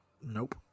Nope